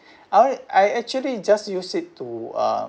I I actually just use it to uh